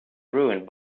ruined